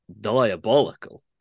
Diabolical